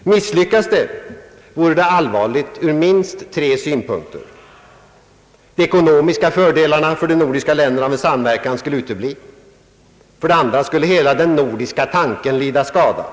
Ett misslyckande vore allvarligt ur minst tre synpunkter. För det första skulle de ekonomiska fördelarna för de nordiska länderna av en samverkan utebli. För det andra skulle hela den nordiska tanken lida skada.